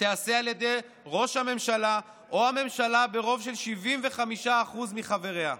תיעשה על ידי ראש הממשלה או הממשלה ברוב של 75% מחבריה.